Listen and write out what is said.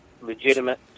legitimate